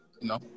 No